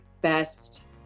best